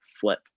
flip